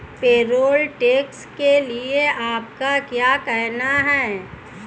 Payroll tax के लिए आपका क्या कहना है?